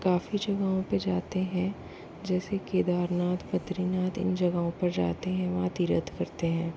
काफ़ी जगहों पर जाते हैं जैसे केदारनाथ बद्रीनाथ इन जगहों पर जाते हैं वहाँ तीर्थ करते हैं